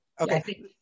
okay